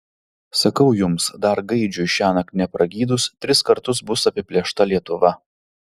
sakau jums dar gaidžiui šiąnakt nepragydus tris kartus bus apiplėšta lietuva